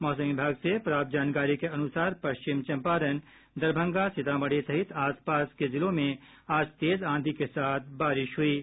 मौसम विभाग से प्राप्त जानकारी के अनुसार पश्चिम चंपारण दरभंगा सीतामढ़ी सहित आसपास के जिलों में आज तेज आंधी के साथ बारिश हुई है